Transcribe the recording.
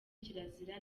kirazira